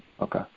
Okay